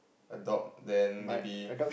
adopt then maybe